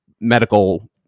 medical